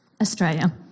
Australia